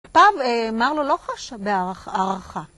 הפעם, מרלו לא חשה ב... הערכה.